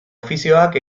ofizioak